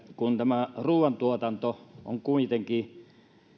kun tämä ruuantuotanto on kuitenkin